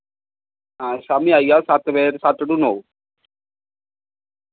हां शाम्मी आई जाओ सत्त बजे सत्त टू नौ